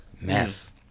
Mess